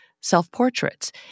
self-portraits